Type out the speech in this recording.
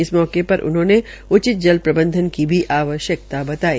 इस मौके प उन्होंने उचित जल प्रबंधन को भी आवश्यक्ता बताई